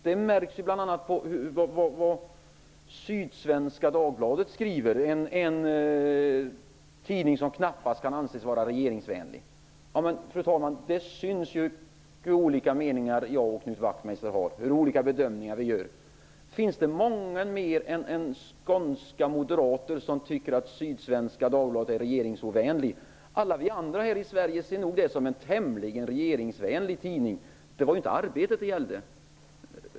Det märks bl.a. på det Sydsvenska Dagbladet skriver, en tidning som knappast kan anses vara regeringsvänlig. Men, fru talman, det syns ju hur olika meningar jag och Knut Wachtmeister har, hur olika bedömningar vi gör. Finns det många fler än skånska moderater som tycker att Sydsvenska Dagbladet är regeringsovänlig? Alla vi andra här i Sverige ser nog det som en tämligen regeringsvänlig tidning. Det var ju inte Arbetet det gällde.